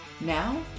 Now